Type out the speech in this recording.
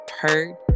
heard